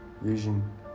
Vision